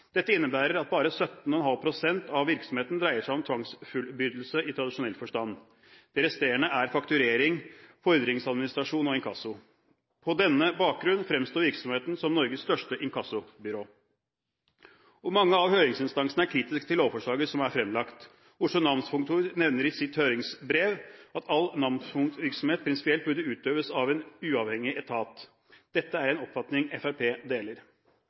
Dette innebærer at bare 17,5 pst. av virksomheten dreier seg om tvangsfullbyrdelse i tradisjonell forstand. Det resterende er fakturering, fordringsadministrasjon og inkasso. På denne bakgrunn fremstår virksomheten som Norges største inkassobyrå. Også mange av høringsinstansene er kritiske til lovforslaget som er fremlagt. Oslo namsfogdkontor nevner i sitt høringsbrev at all namsfogdvirksomhet prinsipielt burde utøves av en uavhengig etat. Dette er en oppfatning Fremskrittspartiet deler.